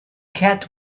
cat